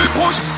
push